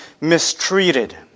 mistreated